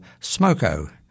smoko